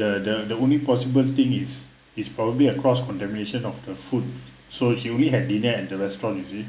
the the the only possible thing is is probably a cross contamination of the food so she only had dinner at the restaurant you see